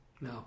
No